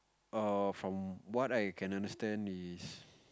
err from what I can understand is